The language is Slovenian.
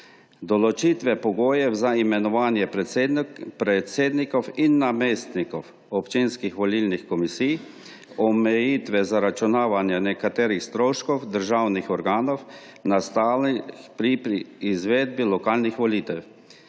določitve pogojev za imenovanje predsednikov in namestnikov občinskih volilnih komisij, omejitve zaračunavanja nekaterih stroškov državnih organov, nastalih pri izvedbi lokalnih volitev,